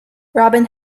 robin